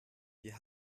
wir